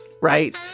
right